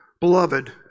Beloved